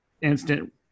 instant